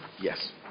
yes